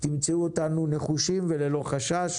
תמצאו אותנו נחושים וללא חשש.